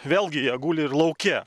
vėlgi jie guli ir lauke